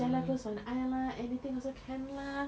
cincai lah close one eye lah anything also can lah